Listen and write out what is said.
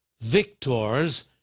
victors